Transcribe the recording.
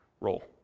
role